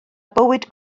bywyd